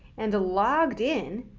and logged in,